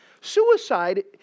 Suicide